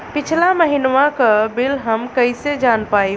पिछला महिनवा क बिल हम कईसे जान पाइब?